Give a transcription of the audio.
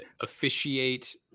officiate